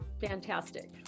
fantastic